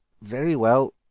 very well,